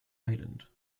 island